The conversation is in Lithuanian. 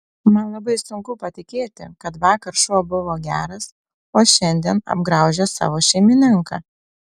man labai sunku patikėti kad vakar šuo buvo geras o šiandien apgraužė savo šeimininką